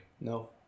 No